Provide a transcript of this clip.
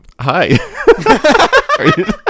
hi